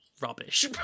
Rubbish